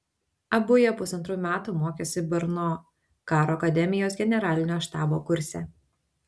abu jie pusantrų metų mokėsi brno karo akademijos generalinio štabo kurse